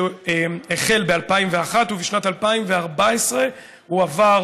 שהחל ב-2001 ובשנת 2014 הוא עבר